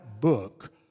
book